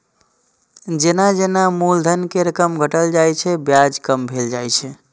जेना जेना मूलधन के रकम घटल जाइ छै, ब्याज कम भेल जाइ छै